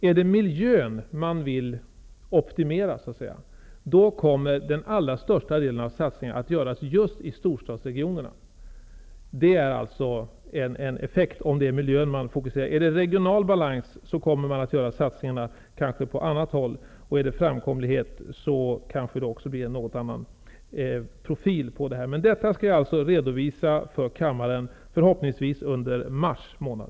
Om det är miljön som man så att säga vill optimera, kommer den allra största delen av satsningarna att göras just i storstadsregionerna. Det är alltså en effekt om det är miljön som man skall fokusera. Om det är den regionala balansen, kommer man kanske att göra satsningarna på annat håll. Om det är framkomligheten, kanske det också blir en något annan profil på detta. Jag skall alltså redovisa detta för kammararen, förhoppningsvis under mars månad.